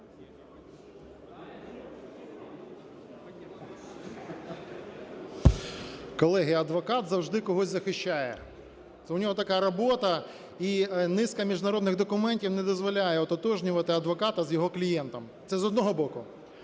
Колеги, адвокат завжди когось захищає, це у нього така робота, і низка міжнародних документів не дозволяє ототожнювати адвоката з його клієнтами. Це з одного боку.